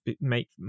make